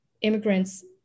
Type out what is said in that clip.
immigrants